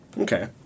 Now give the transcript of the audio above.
Okay